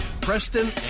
Preston